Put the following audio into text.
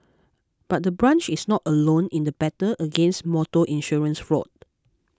but the branch is not alone in the battle against motor insurance fraud